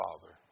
father